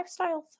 lifestyles